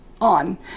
on